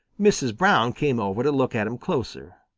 mrs. brown came over to look at him closer.